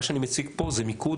מה שאני מציג פה זה מיקוד,